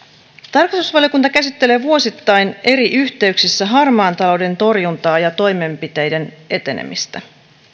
tarkastusvaliokunta käsittelee vuosittain eri yhteyksissä harmaan talouden torjuntaa ja toimenpiteiden etenemistä